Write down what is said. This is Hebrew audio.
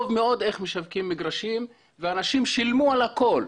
מאוד איך משווקים מגרשים ואנשים שילמו על הכול.